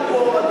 גם פה,